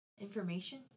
Information